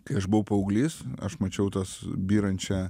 kai aš buvau paauglys aš mačiau tas byrančią